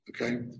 Okay